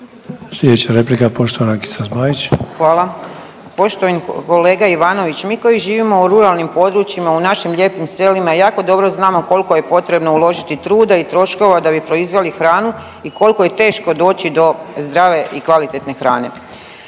Zmaić. **Zmaić, Ankica (HDZ)** Hvala. Poštovani kolega Ivanović, mi koji živimo u ruralnim područjima u našim lijepim selima jako dobro znamo koliko je potrebno uložiti truda i troškova da bi proizveli hranu i kolko je teško doći do zdrave i kvalitetne hrane.